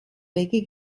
wege